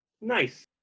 nice